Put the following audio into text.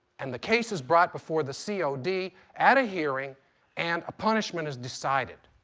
and the case is brought before the cod at a hearing and a punishment is decided.